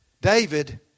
David